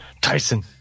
Tyson